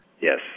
Yes